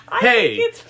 Hey